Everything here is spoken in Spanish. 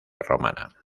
romana